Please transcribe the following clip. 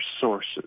sources